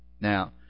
Now